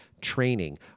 training